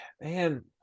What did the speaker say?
man